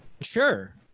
Sure